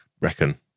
reckon